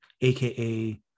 AKA